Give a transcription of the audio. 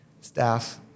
staff